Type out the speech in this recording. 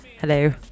hello